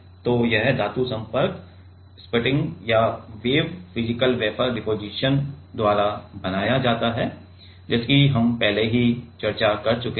तो यह धातु संपर्क स्पटरिंग या वेव फिजिकल वेफर डिपोजिशन द्वारा बनाया जाता है जिसकी हम पहले ही चर्चा कर चुके हैं